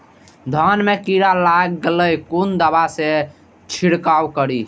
धान में कीरा लाग गेलेय कोन दवाई से छीरकाउ करी?